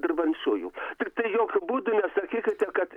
dirbančiųjų tiktai jokiu būdu nesakykite kad